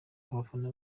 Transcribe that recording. abafana